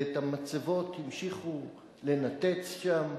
ואת המצבות המשיכו לנתץ שם,